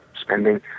spending